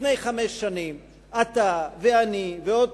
לפני חמש שנים אתה, אני ועוד